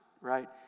right